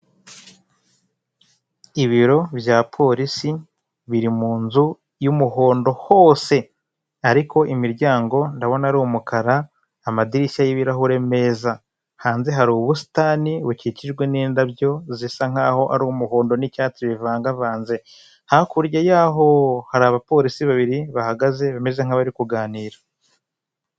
Ibiro bya polisi biri mu nzu y'umuhondo hose. Ariko imiryango ndabona ari umukara, amadirishya y'ibirahure meza. Hanze hari ubusitani bukikijwe n'indabyo zisa nkaho ari umuhondo n'icyatsi bivangavanze, hakurya yaho hari abapolisi babiri bahagaze bameze nkabari kuganira.